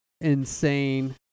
insane